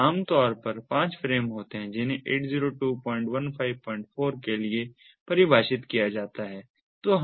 तो आमतौर पर पाँच फ़्रेम होते हैं जिन्हें 802154 के लिए परिभाषित किया जाता है